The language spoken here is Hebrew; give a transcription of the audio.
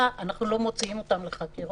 לכן חשוב להדגיש שמדובר באותה מתכונת שהממשלה שקלה